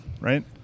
right